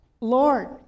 Lord